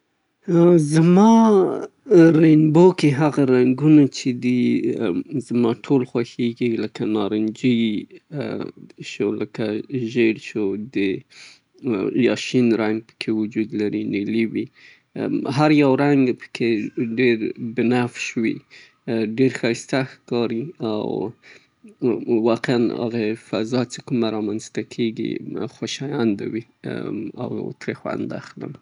هو زما د رنګ، رنګونه خوښیږي ، خصوصان سور ګلابي رنګ ،نارنجي لکه ژیر رنګ ، شین رنګ، لکه نیلي رنګ پکې وي، او همدارنګه بنفشي رنګ زما د ټولو رنګونو په ریمبو کې خوښیږي او ډیر ښایسته ښکاري معمولاً.